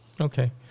Okay